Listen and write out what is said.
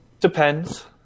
Depends